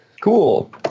Cool